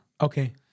Okay